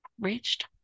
reached